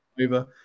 over